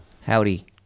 Howdy